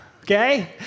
Okay